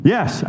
Yes